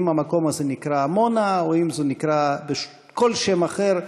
אם המקום הזה נקרא עמונה ואם זה נקרא בכל שם אחר,